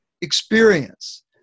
experience